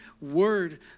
Word